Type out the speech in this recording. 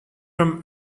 from